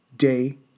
day